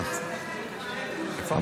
שטרן, אנחנו